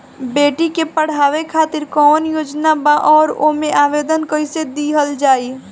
बेटी के पढ़ावें खातिर कौन योजना बा और ओ मे आवेदन कैसे दिहल जायी?